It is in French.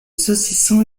saucisson